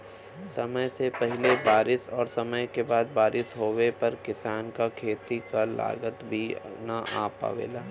समय से पहिले बारिस और समय के बाद बारिस होवे पर किसान क खेती क लागत भी न आ पावेला